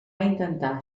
intentar